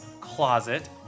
Closet